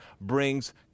brings